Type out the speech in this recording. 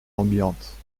ambiante